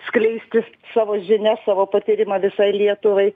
skleisti savo žinias savo patyrimą visai lietuvai